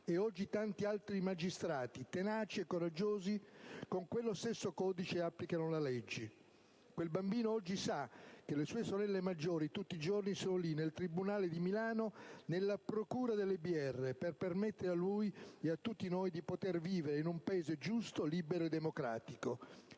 oggi tanti altri magistrati, tenaci e coraggiosi, con quello stesso Codice applicano le leggi. Quel bambino oggi sa che le sue sorelle maggiori, tutti i giorni, sono lì, nel Tribunale di Milano, nella "Procura delle Br", per permettere a lui, e a tutti noi, di poter vivere in un Paese giusto, libero e democratico».